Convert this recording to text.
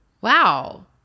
Wow